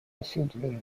passeggeri